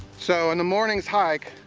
so, in the morning's hike,